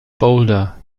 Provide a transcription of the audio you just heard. boulder